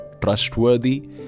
trustworthy